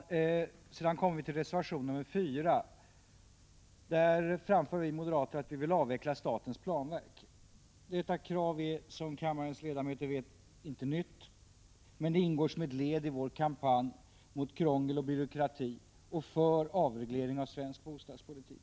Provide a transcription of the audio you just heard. Vi moderater framför vidare i reservation nr 4 att vi vill avveckla statens planverk. Detta krav är, som kammarens ledamöter vet, inte nytt. Det ingår som ett led i vår kamp mot krångel och byråkrati och för en avreglering av svensk bostadspolitik.